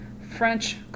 French